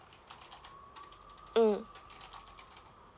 mm